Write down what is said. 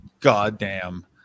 goddamn